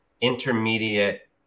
intermediate